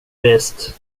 bäst